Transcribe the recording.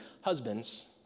husbands